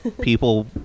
people